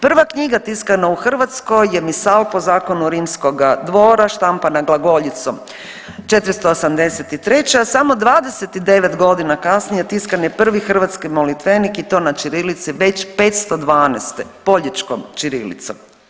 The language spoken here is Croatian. Prva knjiga tiskana u Hrvatskoj je Misal po zakonu rimskoga dvora štampana glagoljicom 483., samo 29.g. kasnije tiskan je prvi hrvatski molitvenik i to na ćirilici već 512., poljičkom ćirilicom.